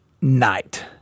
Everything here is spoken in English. night